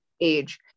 age